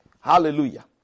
Hallelujah